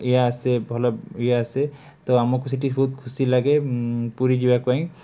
ଇଏ ଆସେ ଭଲ ଇଏ ଆସେ ତ ଆମକୁ ସେଇଠି ବହୁତ ଖୁସିଲାଗେ ପୁରୀ ଯିବାପାଇଁ